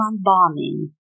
bombing